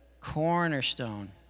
cornerstone